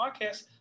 podcast